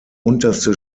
unterste